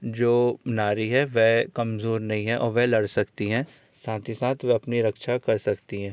जो नारी है वह कमज़ाेर नई हैं और वह लड़ सकती हैं साथ ही साथ वे अपनी रक्षा कर सकती हैं